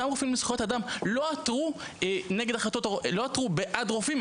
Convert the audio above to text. אותם רופאים לזכויות אדם לא עתרו בעד רופאים,